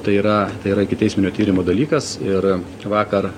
tai yra tai yra ikiteisminio tyrimo dalykas ir vakar